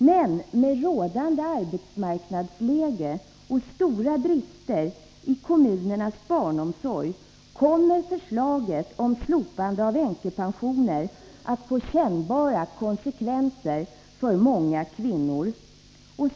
Men med rådande arbetsmarknadsläge och stora brister i kommunernas barnomsorg kommer förslaget om slopande av änkepensioner att få kännbara konsekvenser för många kvinnor.